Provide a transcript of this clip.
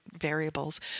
variables